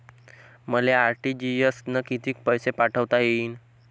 मले आर.टी.जी.एस न कितीक पैसे पाठवता येईन?